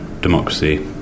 democracy